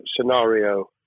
scenario